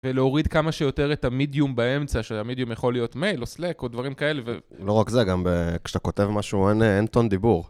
ולהוריד כמה שיותר את המדיום באמצע, שהמדיום יכול להיות מייל או סלאק או דברים כאלה. ולא רק זה, גם כשאתה כותב משהו אין טון דיבור.